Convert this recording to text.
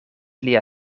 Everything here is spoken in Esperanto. lia